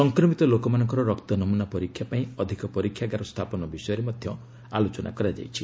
ସଂକ୍ରମିତ ଲୋକଙ୍କ ରକ୍ତନମୁନା ପରୀକ୍ଷା ପାଇଁ ଅଧିକ ପରୀକ୍ଷାଗାର ସ୍ଥାପନ ବିଷୟରେ ମଧ୍ୟ ଆଲୋଚନା କରାଯାଇଛି